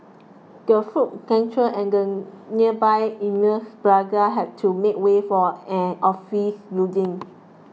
the food centre and the nearby Eminent Plaza had to make way for an office building